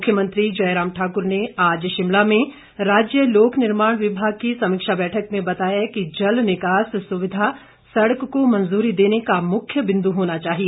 मुख्यमंत्री जयराम ठाक्र ने आज शिमला में राज्य लोक निर्माण विभाग की समीक्षा बैठक में बताया कि जल निकास सुविधा सड़क को मंजूरी देने का मुख्य बिंदु होना चाहिए